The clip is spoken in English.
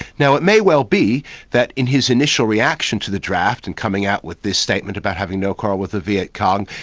now it may well be that in his initial reaction to the draft and coming out with this statement about having no quarrel with the viet cong,